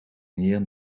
neer